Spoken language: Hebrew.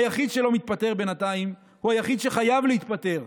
היחיד שלא מתפטר בינתיים הוא היחיד שחייב להתפטר,